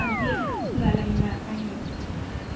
अधिक ॻाल्हाईंदा आहिनि